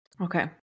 Okay